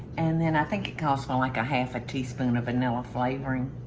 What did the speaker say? and then i think it calls for like a half a teaspoon of vanilla flavoring.